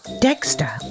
Dexter